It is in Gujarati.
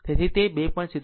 તેથી તે 2